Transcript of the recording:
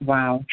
Wow